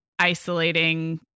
isolating